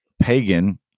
pagan